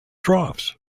troughs